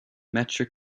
metric